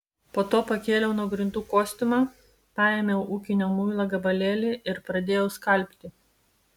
po to pakėliau nuo grindų kostiumą paėmiau ūkinio muilo gabalėlį ir pradėjau skalbti